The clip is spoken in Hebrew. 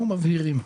אנחנו מבהירים.